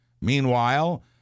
Meanwhile